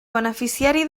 beneficiari